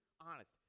honest